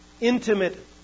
intimate